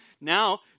Now